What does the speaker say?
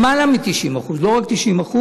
למעלה מ-90%, לא רק 90%,